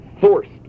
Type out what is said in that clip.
forced